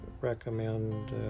recommend